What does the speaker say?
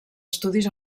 estudis